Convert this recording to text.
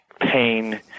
pain